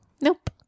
Nope